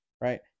Right